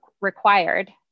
required